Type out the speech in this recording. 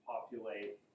populate